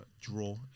draw